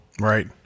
Right